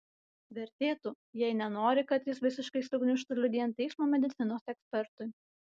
vertėtų jei nenori kad jis visiškai sugniužtų liudijant teismo medicinos ekspertui